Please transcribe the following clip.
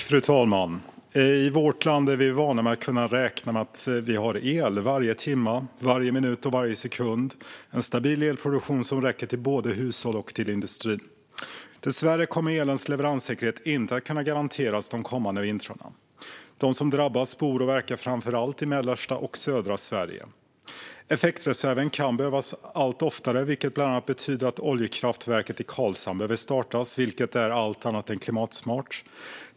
Fru talman! I Sverige är vi vana vid att räkna med att det finns el varje timma, varje minut och varje sekund, det vill säga en stabil elproduktion som räcker till både hushåll och industri. Dessvärre kommer elens leveranssäkerhet inte att kunna garanteras de kommande vintrarna. De som drabbas bor och verkar framför allt i mellersta och södra Sverige. Effektreserven kan behöva användas allt oftare, vilket bland annat betyder att oljekraftverket i Karlshamn behöver startas. Det är allt annat än klimatsmart.